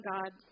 God